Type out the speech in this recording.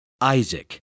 Isaac